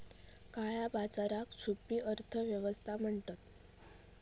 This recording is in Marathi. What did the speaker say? काळया बाजाराक छुपी अर्थ व्यवस्था म्हणतत